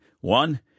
One